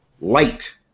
Light